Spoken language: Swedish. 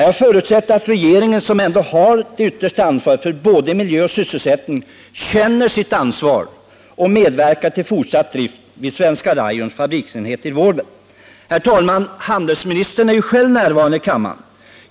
Jag förutsätter att regeringen, som ändock har det yttersta ansvaret för både miljö och sysselsättning, känner sitt ansvar och medverkar till fortsatt drift vid Svenska Rayons fabriksenheter i Vålberg. Herr talman! Handelsministern är ju själv närvarande i kammaren.